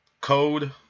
code